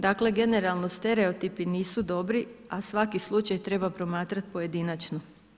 Dakle, generalno stereotipi nisu dobri, a svaki slučaj treba promatrati pojedinačno.